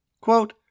Quote